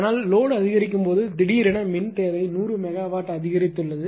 அதனால் லோடு அதிகரிக்கும் போது திடீரென மின் தேவை 100 மெகாவாட் அதிகரித்துள்ளது